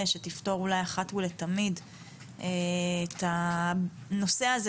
שתפתור אולי אחת ולתמיד את הנושא הזה,